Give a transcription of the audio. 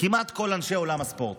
כמעט כל אנשי עולם הספורט: